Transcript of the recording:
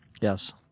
Yes